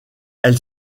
elle